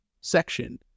section